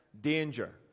danger